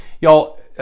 Y'all